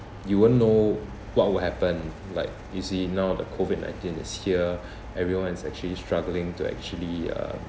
you won't know what will happen like you see now the COVID nineteen is here everyone is actually struggling to actually uh